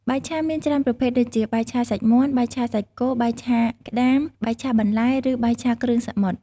បាយឆា មានច្រើនប្រភេទដូចជា បាយឆាសាច់មាន់ បាយឆាសាច់គោ បាយឆាក្ដាម បាយឆាបន្លែ ឬបាយឆាគ្រឿងសមុទ្រ ។